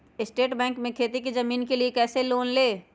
State bank से खेती की जमीन के लिए कैसे लोन ले?